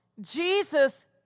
Jesus